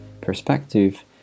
perspective